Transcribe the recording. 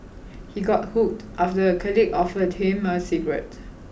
he got hooked after a colleague offered him a cigarette